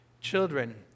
Children